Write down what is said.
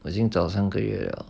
我已经找三个月